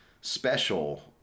special